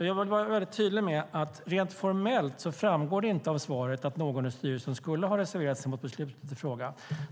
Jag vill vara väldigt tydlig med att det rent formellt inte framgår av svaret att någon i styrelsen skulle ha reserverat sig mot beslutet i fråga.